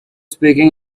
speaking